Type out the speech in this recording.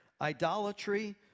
idolatry